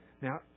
Now